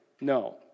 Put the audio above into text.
no